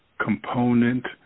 component